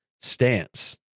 stance